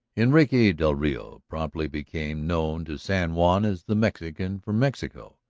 enrique del rio promptly became known to san juan as the mexican from mexico,